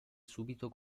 subito